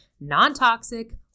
non-toxic